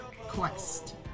Quest